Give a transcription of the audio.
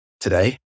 today